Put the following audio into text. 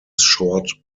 short